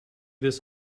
this